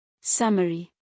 Summary